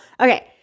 Okay